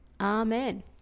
amen